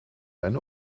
eine